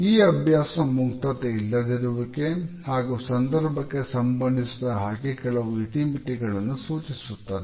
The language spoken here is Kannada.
ಈ ಅಭ್ಯಾಸ ಮುಕ್ತತೆ ಇಲ್ಲದಿರುವಿಕೆ ಹಾಗೂ ಸಂದರ್ಭಕ್ಕೆ ಸಂಬಂಧಿಸಿದ ಹಾಗೆ ಕೆಲವು ಇತಿಮಿತಿಗಳನ್ನು ಸೂಚಿಸುತ್ತದೆ